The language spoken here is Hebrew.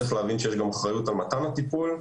צריך להבין שיש גם אחריות על מתן הטיפול.